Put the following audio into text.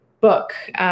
book